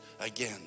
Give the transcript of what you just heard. again